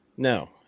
No